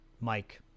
Mike